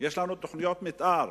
יש לנו תוכניות מיתאר